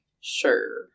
Sure